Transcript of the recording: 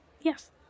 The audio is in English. yes